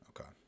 Okay